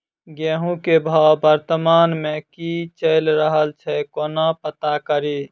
गेंहूँ केँ भाव वर्तमान मे की चैल रहल छै कोना पत्ता कड़ी?